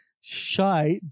shite